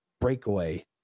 Breakaway